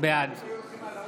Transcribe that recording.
בעד